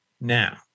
Now